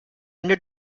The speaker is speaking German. ende